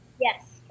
yes